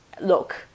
look